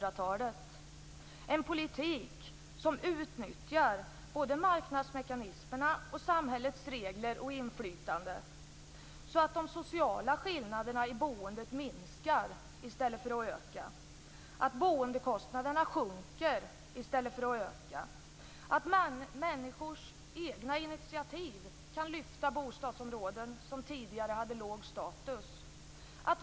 Det skall vara en politik som utnyttjar marknadsmekanismerna och samhällets regler och inflytande så att de sociala skillnaderna i boendet minskar i stället för att öka. Boendekostnaderna skall sjunka i stället för att öka. Människors egna initiativ kan lyfta bostadsområden som tidigare hade låg status.